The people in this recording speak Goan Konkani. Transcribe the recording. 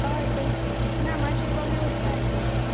होय थंयच ना मात्शें कमी उरता एक एकदां